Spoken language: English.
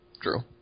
True